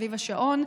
סביב השעון.